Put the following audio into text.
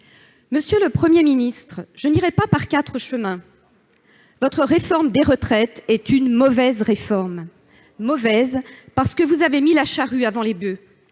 Monsieur le Premier ministre, je n'irai pas par quatre chemins : votre réforme des retraites est une mauvaise réforme ! Mauvaise, parce que vous avez mis la charrue avant les boeufs.